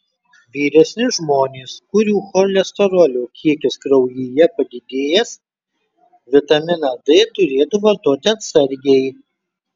vyresni žmonės kurių cholesterolio kiekis kraujyje padidėjęs vitaminą d turėtų vartoti atsargiai